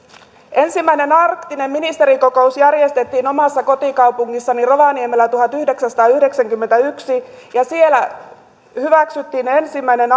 ensimmäinen arktinen ministerikokous järjestettiin omassa kotikaupungissani rovaniemellä tuhatyhdeksänsataayhdeksänkymmentäyksi ja siellä hyväksyttiin ensimmäinen